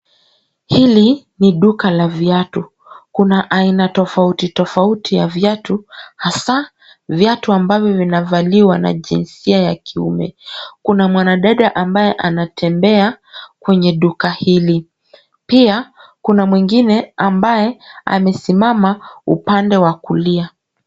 Hili ni duka la viatu. Kuna aina tofauti tofauti ya viatu, hasa viatu ambavyo vinavaliwa na jinsia ya kiume. Kuna mwanadada ambaye anatembea, kwenye duka hili. Pia, kuna mwingine ambaye amesimama upande wa kulia.